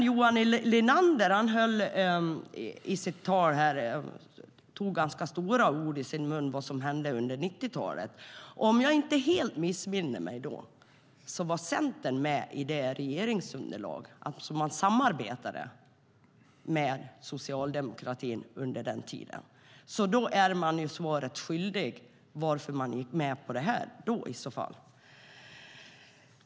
Johan Linander tog ganska stora ord i sin mun om vad som hände under 90-talet. Om jag inte helt missminner mig var Centern med i det regeringsunderlaget. Man samarbetade med socialdemokratin under den tiden. Då är man ju svaret skyldig om varför man i så fall gick med på det här då.